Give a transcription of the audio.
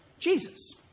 Jesus